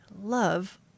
love